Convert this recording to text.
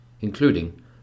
including